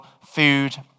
food